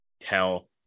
tell